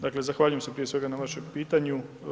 Dakle zahvaljujem prije svega na vašem pitanju.